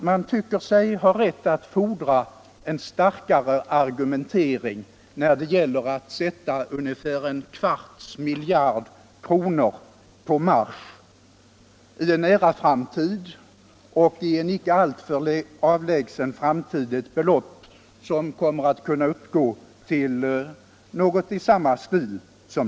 Man tycker sig ha rätt att fordra en starkare argumentering när det gäller att sätta ungefär en kvarts miljard kronor på marsch i en nära framtid och i en icke alltför avlägsen framtid ett belopp som kommer att uppgå till något i samma stil.